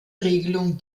regelung